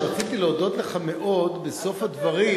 ורציתי להודות לך מאוד בסוף הדברים,